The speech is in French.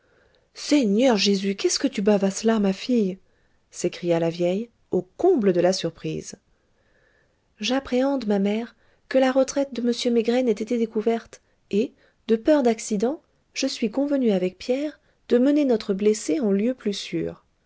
seigneur jésus qu'est-ce que tu bavasses là ma fille s'écria la vieille au comble de la surprise j'appréhende ma mère que la retraite de monsieur maigret n'ait été découverte et de peur d'accident je suis convenue avec pierre de mener notre blessé en lieu plus sûr